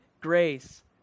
grace